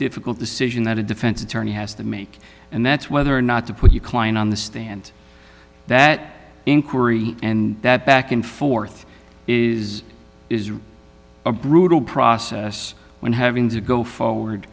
difficult decision that a defense attorney has to make and that's whether or not to put your client on the stand that inquiry and that back and forth is a brutal process when having to go forward